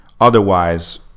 otherwise